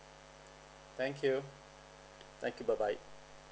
thank you thank you bye bye